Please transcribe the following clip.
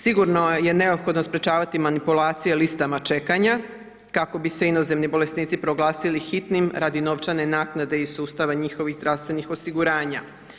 Sigurno je neophodno sprječavati manipulacije listama čekanja, kako bi se inozemni bolesnici proglasili hitnim radi novčane naknade iz sustava njihovih zdravstvenih osiguranja.